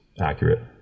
accurate